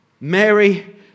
Mary